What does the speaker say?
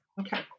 Okay